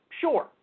Sure